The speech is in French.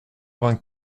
vingt